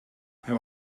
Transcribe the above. hij